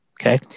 okay